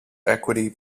equity